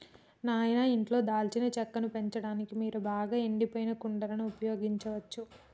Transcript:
నాయిన ఇంట్లో దాల్చిన చెక్కను పెంచడానికి మీరు బాగా ఎండిపోయిన కుండలను ఉపయోగించచ్చు